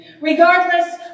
Regardless